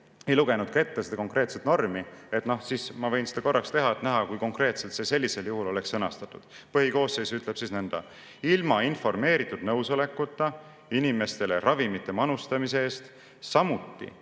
ei lugenud ette seda konkreetset normi. Ma võin seda teha, et [oleks] näha, kui konkreetselt see sellisel juhul oleks sõnastatud. Põhikoosseis ütleb nõnda: ilma informeeritud nõusolekuta inimestele ravimite manustamise eest, samuti